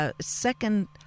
second